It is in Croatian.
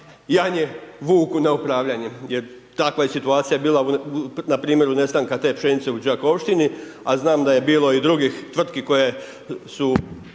janje vuku na upravljanje jer takva je situacija bila na primjeru nestanka te pšenice u Đakovštini, a znam da je bilo i drugih tvrtki koje su